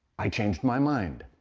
i changed my mind.